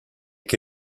che